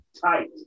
tight